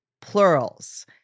plurals